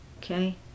Okay